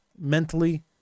mentally